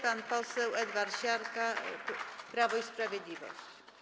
Pan poseł Edward Siarka, Prawo i Sprawiedliwość.